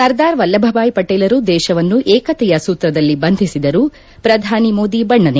ಸರ್ದಾರ್ ವಲ್ಲಭಭಾಯ್ ಪಟೇಲರು ದೇಶವನ್ನು ಏಕತೆಯ ಸೂತ್ರದಲ್ಲಿ ಬಂಧಿಸಿದರು ಪ್ರಧಾನಿ ಮೋದಿ ಬಣ್ಣನೆ